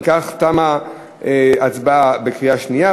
אם כך, תמה ההצבעה בקריאה שנייה.